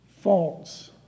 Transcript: false